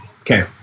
Okay